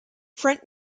front